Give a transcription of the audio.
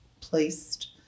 placed